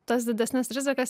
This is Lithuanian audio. tas didesnes rizikas